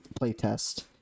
playtest